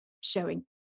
showing